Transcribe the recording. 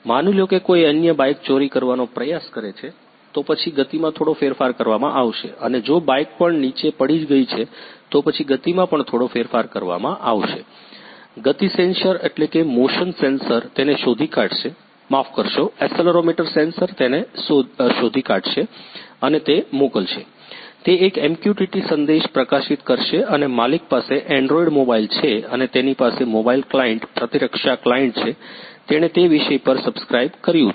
માની લો કે કોઈ અન્ય બાઇક ચોરી કરવાનો પ્રયાસ કરે છે તો પછી ગતિમાં થોડો ફેરફાર કરવામાં આવશે અને જો બાઇક પણ નીચે પડી ગઈ છે તો પછી ગતિમાં પણ થોડો ફેરફાર કરવામાં આવશે ગતિ સેન્સર મોશન સેન્સર તેને શોધી કાઢશે માફ કરશો એક્સેલરોમીટર સેન્સર તેને શોધી કાઢશે અને તે મોકલશે તે એક MQTT સંદેશ પ્રકાશિત કરશે અને માલિક પાસે એન્ડ્રોઇડ મોબાઇલ છે અને તેની પાસે મોબાઇલ ક્લાયંટ પ્રતિરક્ષા ક્લાયંટ છે તેણે તે વિષય પર સબ્સ્ક્રાઇબ કર્યું છે